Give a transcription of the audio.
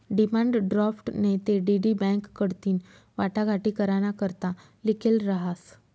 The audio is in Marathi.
डिमांड ड्राफ्ट नैते डी.डी बॅक कडथीन वाटाघाटी कराना करता लिखेल रहास